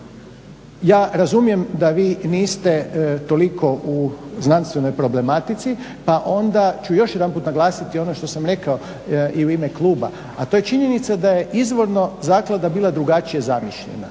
ja razumijem da vi niste toliko u znanstvenoj problematici pa onda ću još jedanput naglasiti ono što sam rekao i u ime kluba, a to je činjenica da je izvorno zaklada bila drugačije zamišljena